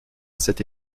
cette